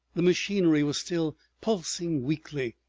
the machinery was still pulsing weakly,